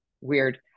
weird